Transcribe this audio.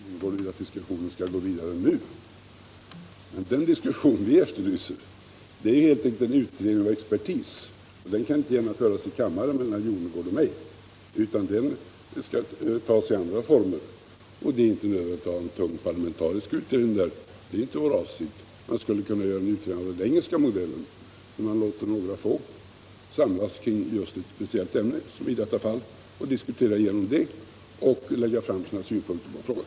Herr talman! Jag har svårt att inse varför herr Jonnergård inte vill att diskussionen skall gå vidare just nu. Den diskussion vi efterlyser är emellertid en utredning av expertis, och den kan inte föras här i kammaren mellan herr Jonnergård och mig. Det är inte nödvändigt att ha en tung parlamentarisk utredning. Det skulle lika gärna kunna vara en utredning av den engelska modellen, där man låter några få personer samlas kring ett speciellt ämne och diskutera igenom det för att därefter lägga fram sina synpunkter på frågan.